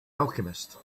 alchemist